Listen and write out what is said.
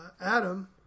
Adam